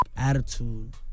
Attitude